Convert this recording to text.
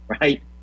right